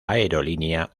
aerolínea